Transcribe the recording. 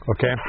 Okay